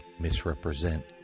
misrepresent